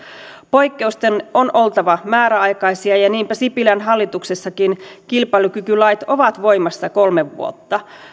poikkeusten on oltava määräaikaisia ja niinpä sipilän hallituksessakin kilpailukykylait ovat voimassa kolme vuotta